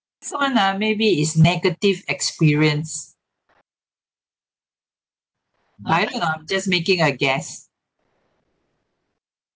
next [one] ah maybe is negative experience I don't know I'm just making a guess